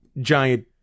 giant